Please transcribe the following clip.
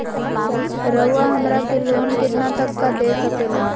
रउरा हमरा के लोन कितना तक का दे सकेला?